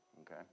okay